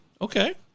Okay